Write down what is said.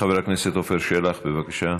חבר הכנסת עפר שלח, בבקשה,